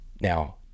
Now